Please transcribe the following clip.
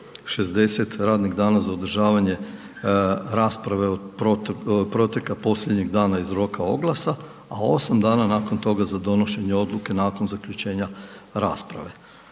60 radnih dana za održavanje rasprave od proteka posljednjeg dana iz roka oglasa, a 8 dana nakon toga za donošenje odluke nakon zaključenja rasprave.